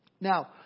Now